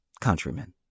countrymen